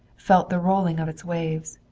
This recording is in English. felt the rolling of its waves.